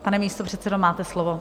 Pane místopředsedo, máte slovo.